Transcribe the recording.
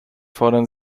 fordern